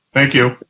thank you.